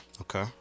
okay